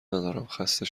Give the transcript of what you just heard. ندارم، خسته